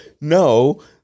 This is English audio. no